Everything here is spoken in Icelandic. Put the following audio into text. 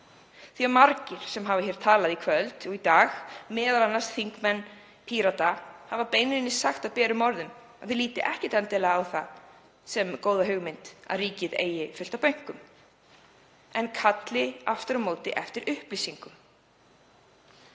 því að margir sem hafa talað í kvöld og í dag, m.a. þingmenn Pírata, hafa beinlínis sagt berum orðum að þeir líti ekkert endilega á það sem góða hugmynd að ríkið eigi fullt af bönkum en kalli aftur á móti eftir upplýsingum.